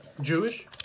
Jewish